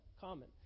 common